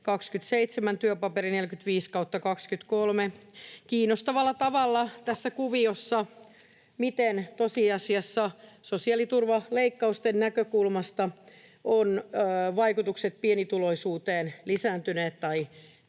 — Työpaperi 45/2023 — kiinnostavalla tavalla tässä kuviossa, miten tosiasiassa sosiaaliturvaleikkausten näkökulmasta ovat vaikutukset pienituloisuuteen lisääntyneet tai